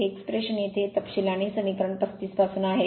हे एक्स्प्रेशन येथे हे तपशिलाने समीकरण 35 पासून आहे